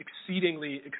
exceedingly